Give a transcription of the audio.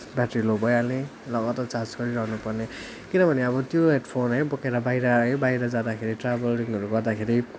battery low भइहाल्ने लगातार charge गरिरहनुपर्ने किनभने अब त्यो होडफोन है अब बोकेर बाहिर है बाहिर जाँदाखेरि ट्राभलिङहरू गर्दाखेरि